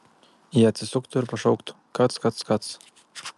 ji atsisuktų ir pašauktų kac kac kac